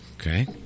okay